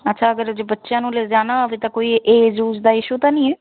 ਅੱਛਾ ਅਗਰ ਜੇ ਬੱਚਿਆਂ ਨੂੰ ਲੈ ਜਾਣਾ ਹੋਵੇ ਤਾਂ ਕੋਈ ਏਜ਼ ਊਜ਼ ਦਾ ਇਸ਼ੂ ਤਾਂ ਨਹੀਂ ਹੈ